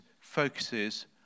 focuses